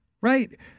Right